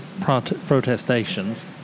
protestations